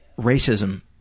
racism